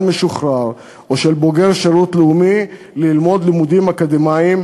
משוחרר או של בוגר שירות לאומי ללמוד לימודים אקדמיים,